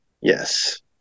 Yes